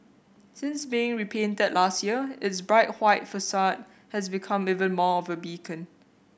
since being repainted that last year its bright white facade has become even more of a beacon